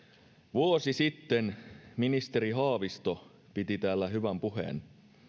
vuosi sitten ministeri haavisto piti täällä hyvän puheen